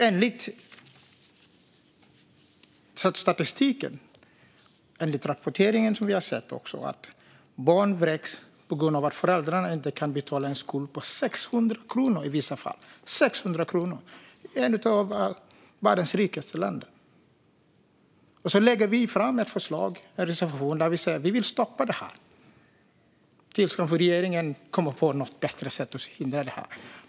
Enligt statistiken och de rapporter som vi har sett vräks barn i vissa fall på grund av att föräldrarna inte kan betala en skuld på 600 kronor - i ett av världens rikaste länder. Vi lägger fram ett förslag, en reservation, där vi säger att vi vill stoppa detta tills regeringen kommer på något bättre sätt att hindra det.